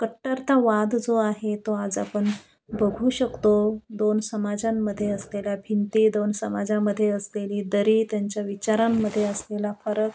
कट्टरतावाद जो आहे तो आज आपण बघू शकतो दोन समाजांमध्ये असलेल्या भिंती दोन समाजांमध्ये असलेली दरी त्यांच्या विचारांमध्ये असलेला फरक